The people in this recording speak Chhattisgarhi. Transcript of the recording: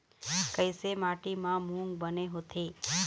कइसे माटी म मूंग बने होथे?